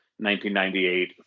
1998